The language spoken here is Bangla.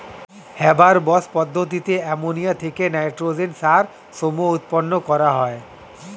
হেবার বস পদ্ধতিতে অ্যামোনিয়া থেকে নাইট্রোজেন সার সমূহ উৎপন্ন করা হয়